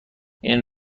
این